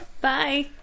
Bye